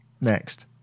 next